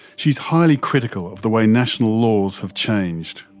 she is highly critical of the way national laws have changed.